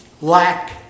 lack